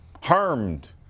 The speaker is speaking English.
harmed